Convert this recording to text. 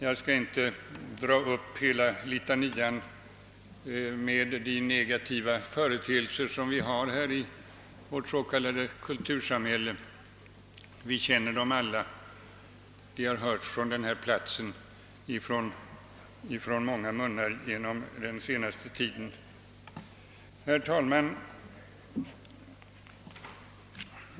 Jag skall inte dra upp hela litanian med de negativa företeelserna i vårt s.k. kultunsamhälle — vi känner dem alla och det har talats om dem av många från denna plats under den senaste tiden. Herr talman!